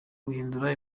guhindura